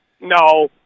No